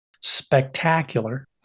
spectacular